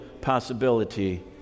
possibility